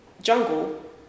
Jungle